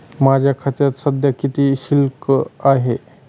माझ्या खात्यात सध्या किती शिल्लक आहे?